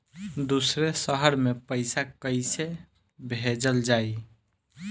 दूसरे शहर में पइसा कईसे भेजल जयी?